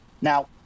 Now